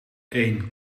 een